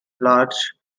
large